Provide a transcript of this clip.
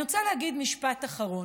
אני רוצה להגיד משפט אחרון.